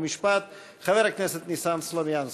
חוק ומשפט חבר הכנסת ניסן סלומינסקי.